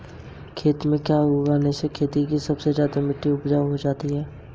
खेत में ज़रूरत से ज्यादा एन.पी.के डालने का क्या दुष्परिणाम हो सकता है?